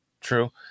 True